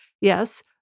Yes